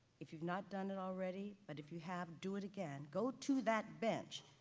if you've not done it already, but if you have do it again, go to that bench,